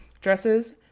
dresses